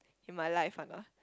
in my life [one] ah